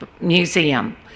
Museum